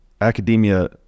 academia